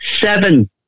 Seven